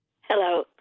Hello